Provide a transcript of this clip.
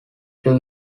crew